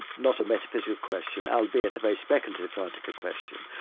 not a metaphysical question, albeit a very speculative scientific question.